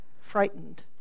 frightened